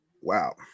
Wow